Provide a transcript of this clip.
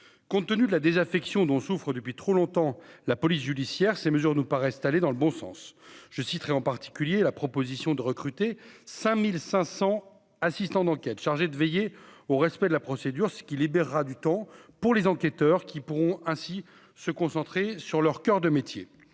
compte tenu de la désaffection dont souffrent depuis trop longtemps, la police judiciaire, ces mesures nous paraissent aller dans le bon sens, je citerai en particulier, la proposition de recruter 5500 assistant d'enquête chargée de veiller au respect de la procédure, ce qui libérera du temps pour les enquêteurs, qui pourront ainsi se concentrer sur leur coeur de métier,